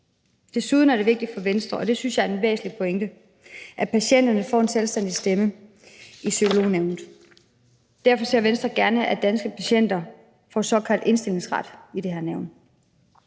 Det er desuden vigtigt for Venstre, og det synes jeg er en væsentlig pointe, at patienterne får en selvstændig stemme i Psykolognævnet. Derfor ser Venstre gerne, at Danske Patienter får en såkaldt indstillingsret til det her nævn.